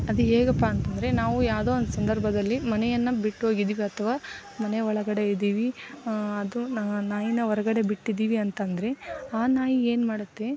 ಅದು ಹೇಗಪ್ಪ ಅಂತಂದರೆ ನಾವು ಯಾವುದೋ ಒಂದು ಸಂದರ್ಭದಲ್ಲಿ ಮನೆಯನ್ನು ಬಿಟ್ಟೋಗಿದ್ದೀವಿ ಅಥವಾ ಮನೆ ಒಳಗಡೆ ಇದ್ದೀವಿ ಅದು ನಾಯಿನ ಹೊರಗಡೆ ಬಿಟ್ಟಿದ್ದೀವಿ ಅಂತಂದರೆ ಆ ನಾಯಿ ಏನು ಮಾಡುತ್ತೆ